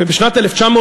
בשנת 1995,